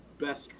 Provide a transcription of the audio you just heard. best